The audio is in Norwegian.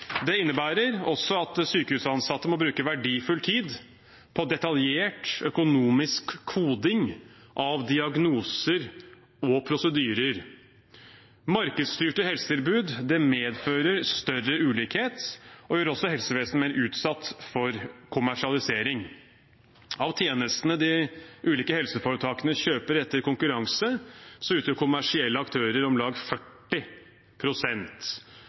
Det innebærer også at sykehusansatte må bruke verdifull tid på detaljert økonomisk koding av diagnoser og prosedyrer. Markedsstyrte helsetilbud medfører større ulikhet og gjør også helsevesenet mer utsatt for kommersialisering. Av tjenestene de ulike helseforetakene kjøper etter konkurranse, utgjør kommersielle aktører om lag